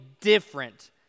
different